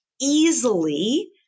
easily